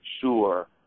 sure